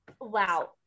Wow